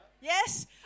Yes